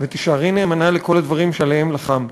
ותישארי נאמנה לכל הדברים שעליהם לחמת.